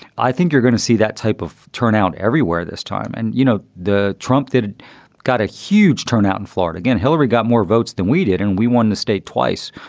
i think you're going to see that type of turnout everywhere this time. and, you know, the trump did got a huge turnout in florida and hillary got more votes than we did and we won the state twice.